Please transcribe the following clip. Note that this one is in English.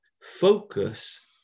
Focus